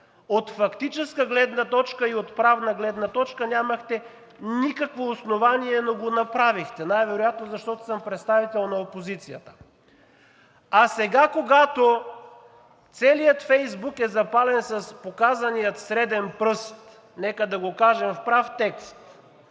От фактическа гледна точка и от правна гледна точка нямахте никакво основание, но го направихте най-вероятно защото съм представител на опозицията. А сега, когато целият Фейсбук е запален с показания среден пръст, нека да го кажем в прав текст,